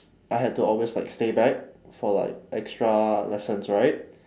I had to always like stay back for like extra lessons right